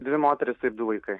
dvi moterys ir du vaikai